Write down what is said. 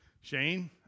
Shane